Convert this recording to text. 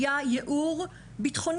היה ייעור בטחוני.